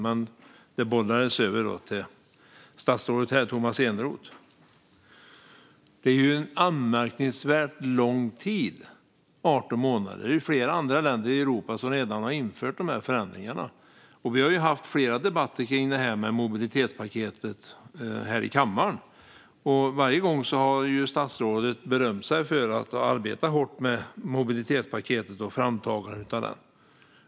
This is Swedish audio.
Men den bollades över till statsrådet Tomas Eneroth. 18 månader är en anmärkningsvärt lång tid. Det är flera andra länder i Europa som redan har infört dessa förändringar. Vi har haft flera debatter om mobilitetspaketet här i kammaren, och varje gång har statsrådet berömt sig av att ha arbetat hårt med framtagandet av det.